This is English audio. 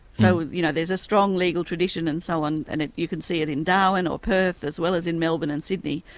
so you know there's a strong legal tradition and so on, and you can see it in darwin or perth as well as in melbourne and sydney,